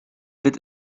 wird